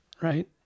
right